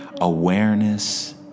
awareness